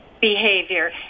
behavior